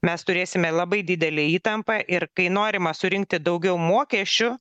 mes turėsime labai didelę įtampą ir kai norima surinkti daugiau mokesčių